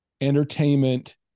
entertainment